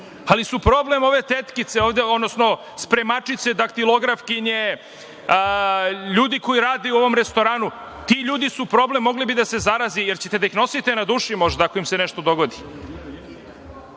ali su problem ove spremačice, daktilografkinje, ljudi koji rade u restoranu. Ti ljudi su problem, mogli bi da se zaraze. Hoćete da ih nosite na duši, možda, ako im se nešto dogodi? Kako